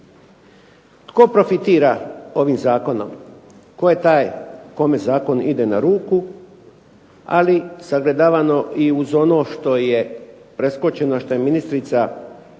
Tko profitira ovim zakonom? Tko je taj kome zakon ide na ruku, ali zagledavano i uz ono što je preskočeno što je ministrica